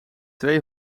twee